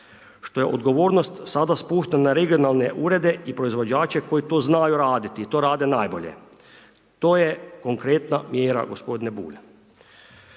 što je odgovornost sada spušten na regionalne urede i proizvođače koji to znaju raditi i to rade najbolje. To je konkretna mjera gospodine Bulj.